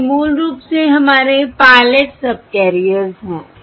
तो ये मूल रूप से हमारे पायलट सबकैरियर्स हैं